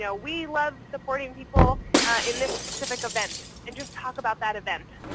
yeah we love supporting people in this specific event. and just talk about that event.